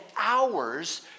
hours